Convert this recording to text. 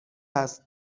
است